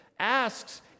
Asks